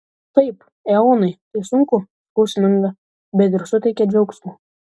taip eonai tai sunku skausminga bet ir suteikia džiaugsmo